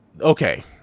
Okay